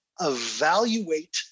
evaluate